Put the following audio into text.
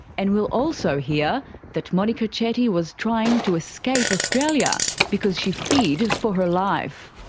and we'll also hear that monika chetty was trying to escape australia because she feared for her life.